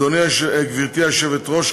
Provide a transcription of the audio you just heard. גברתי היושבת-ראש,